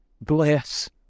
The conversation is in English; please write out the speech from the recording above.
Bless